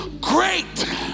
great